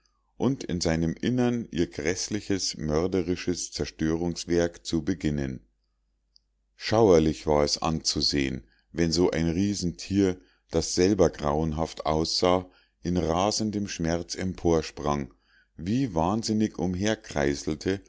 und in seinem innern ihr gräßliches mörderisches zerstörungswerk zu beginnen schauerlich war es anzusehen wenn so ein riesentier das selber grauenhaft aussah in rasendem schmerz emporsprang wie wahnsinnig